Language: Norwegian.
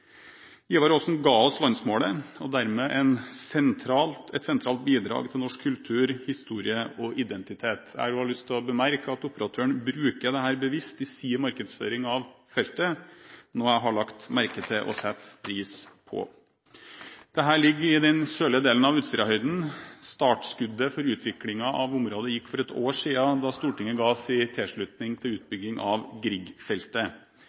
Ivar Aasen ga oss landsmålet og dermed et sentralt bidrag til norsk kultur, historie og identitet. Jeg har også lyst til å bemerke at operatøren bruker dette bevisst i sin markedsføring av feltet, noe jeg har lagt merke til og setter pris på. Dette ligger i den sørlige delen av Utsirahøyden. Startskuddet for utviklingen av området gikk for ett år siden, da Stortinget ga sin tilslutning til